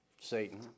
Satan